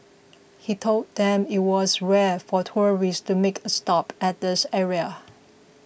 he told them it was rare for tourists to make a stop at this area